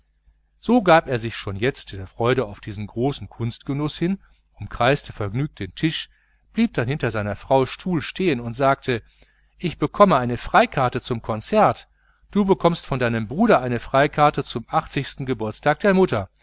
so gab er sich jetzt schon der freude auf diesen großen kunstgenuß hin umkreiste vergnügt den tisch blieb dann hinter seiner frau stuhl stehen und sagte ich bekomme eine freikarte zum konzert du bekommst von deinem bruder eine freikarte zum geburtstag der mutter